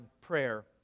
prayer